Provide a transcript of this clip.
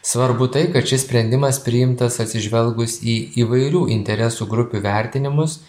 svarbu tai kad šis sprendimas priimtas atsižvelgus į įvairių interesų grupių vertinimus